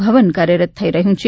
ભવન કાર્યરત થઈ રહ્યું છે